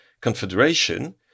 Confederation